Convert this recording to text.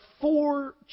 four